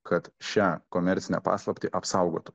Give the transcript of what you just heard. kad šią komercinę paslaptį apsaugotų